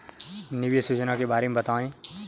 निवेश योजना के बारे में बताएँ?